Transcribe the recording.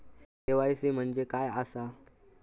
KYC म्हणजे काय आसा?